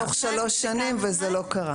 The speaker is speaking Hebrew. והיו מחויבים להתקין תוך שלוש שנים וזה לא קרה.